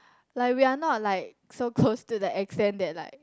like we are not like so close to the extent that like